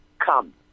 come